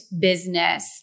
business